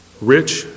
rich